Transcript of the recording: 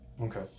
Okay